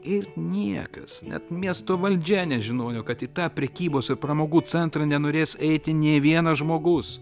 ir niekas net miesto valdžia nežinojo kad į tą prekybos ir pramogų centrą nenorės eiti nė vienas žmogus